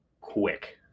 Quick